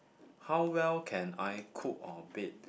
how well can I cook or bake